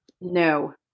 No